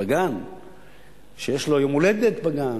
או שיש לו יום-הולדת בגן,